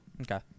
Okay